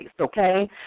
okay